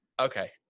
Okay